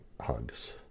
hugs